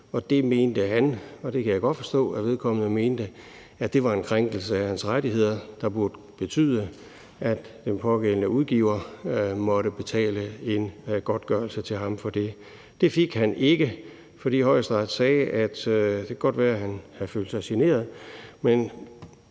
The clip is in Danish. det mente han – og det kan jeg godt forstå at vedkommende mente – at det var en krænkelse af hans rettigheder, der burde betyde, at den pågældende udgiver måtte betale en godtgørelse til ham for det. Det fik han ikke, fordi Højesteret sagde, at det godt kunne være, at han følte sig generet,